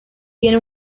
tiene